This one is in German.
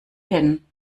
hin